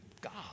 God